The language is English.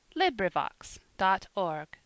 LibriVox.org